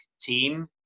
team